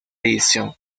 edición